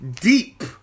deep